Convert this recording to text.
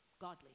godly